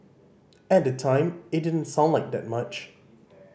at the time it didn't sound like that much